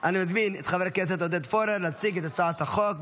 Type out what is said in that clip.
אני מזמין את חבר הכנסת עודד פורר להציג את הצעת החוק,